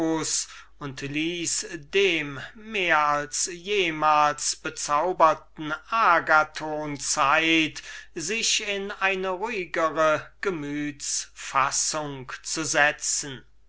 dem mehr als jemals bezauberten agathon zeit sich in eine ruhigere gemütsfassung zu setzen